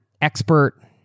expert